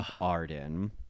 Arden